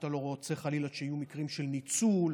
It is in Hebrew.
אתה לא רוצה חלילה שיהיו מקרים של ניצול.